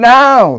now